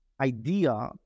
idea